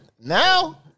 now